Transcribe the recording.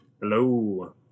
Hello